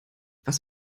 was